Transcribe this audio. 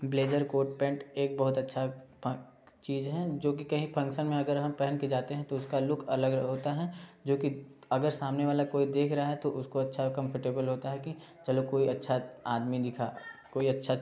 blazer coat pant एक बहुत अच्छा चीज है जोकि कहीं फंगक्शन में अगर हम पहन के जाते हैं तो उसका लुक अलग अलग होता है जोकि अगर सामने वाला कोई देख रहा है तो उसको अच्छा कंफर्टेबल होता है कि चलो कोई अच्छा आदमी दिखा कोई अच्छा